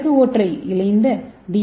இலக்கு ஒற்றை இழைந்த டி